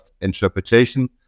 interpretation